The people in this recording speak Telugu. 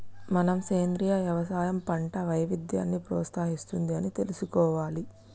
మనం సెంద్రీయ యవసాయం పంట వైవిధ్యాన్ని ప్రోత్సహిస్తుంది అని తెలుసుకోవాలి